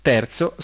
Terzo